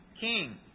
king